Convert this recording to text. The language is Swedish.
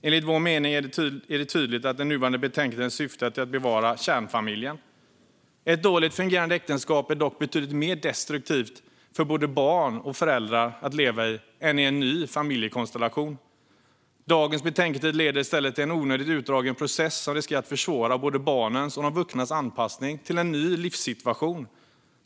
Enligt vår mening är det tydligt att den nuvarande betänketiden syftar till att bevara kärnfamiljen. Ett dåligt fungerande äktenskap är dock betydligt mer destruktivt för både barn och föräldrar att leva i än att leva i en ny familjekonstellation. Dagens betänketid leder i stället till en onödigt utdragen process som riskerar att försvåra både barnens och de vuxnas anpassning till en ny livssituation.